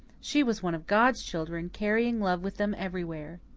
she was one of god's children, carrying love with them everywhere.